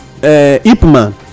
Ipman